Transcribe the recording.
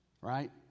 right